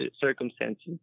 circumstances